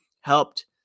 helped